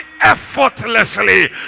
effortlessly